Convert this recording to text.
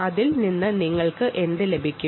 ഇതിൽ നിന്ന് നിങ്ങൾക്ക് എന്ത് ലഭിക്കും